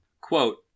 Quote